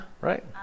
right